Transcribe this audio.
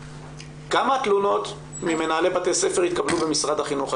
את יודעת לומר לנו כמה תלונות ממנהלי בתי הספר התקבלו במשרד החינוך?